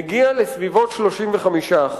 מגיע לסביבות 35%,